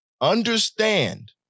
understand